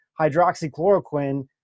hydroxychloroquine